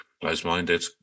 Close-minded